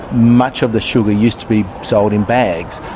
much of the sugar used to be sold in bags.